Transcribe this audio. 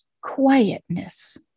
quietness